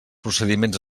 procediments